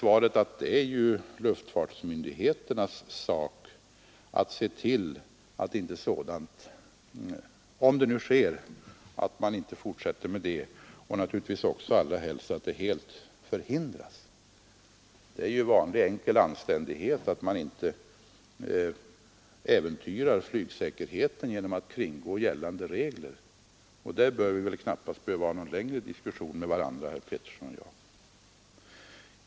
Det är luftfartsmyndigheternas sak att se till att inte sådant fortsätter, om det nu sker, och naturligtvis helst att det från början förhindras. Det är vanlig enkel anständighet att man inte äventyrar flygsäkerheten genom att kringgå gällande regler. På den punkten bör väl knappast herr Petersson och jag behöva ha någon längre diskussion med varandra.